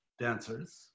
dancers